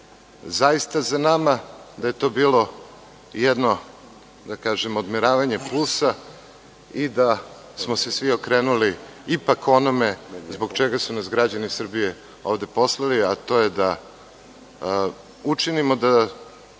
zaista za nama, da je to bilo jedno, da kažem odmeravanje pulsa i da smo se svi okrenuli ipak onome zbog čega su nas građani Srbije ovde postavili, a to je da učinimo da